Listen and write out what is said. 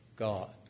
God